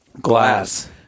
glass